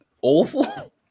awful